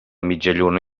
mitjalluna